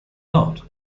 not